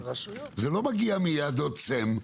זה לא מגיע מהדוד סם,